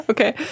Okay